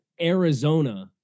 Arizona